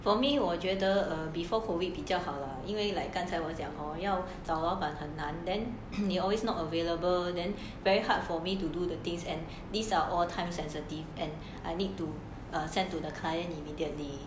for me 我觉得 before COVID 比较好了因为 like 刚才我讲 hor 要找老板很难 then can you always not available then very hard for me to do the things and these are all time sensitive and I need to send to the client immediately